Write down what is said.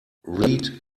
read